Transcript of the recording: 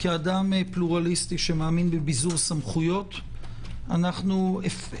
כאדם פלורליסטי שמאמין בביזור סמכויות לקחנו